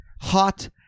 hot